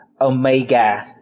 Omega